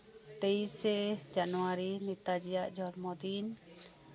ᱛᱮᱭᱤᱥᱮ January ᱱᱮᱛᱟᱡᱤᱭᱟᱜ ᱡᱟᱱᱟᱢ ᱢᱟᱦᱟ